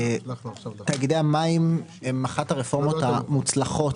תאגידי המים הם אחת הרפורמות המוצלחות,